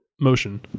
motion